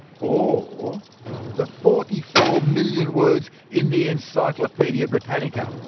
or the forty four million words in the encyclopaedia britannica.